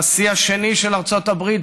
הנשיא השני של ארצות הברית,